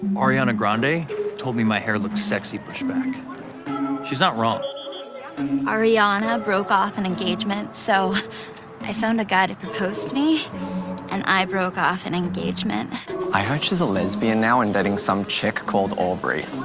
ariana grande told me my hair looks sexy pushed back she's not wrong ariana broke off an engagement so i found a guy to propose to me and i broke off an engagement i heard she's a lesbian now and dating some chick called aubrey